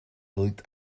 wirkt